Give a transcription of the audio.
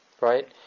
right